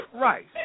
Right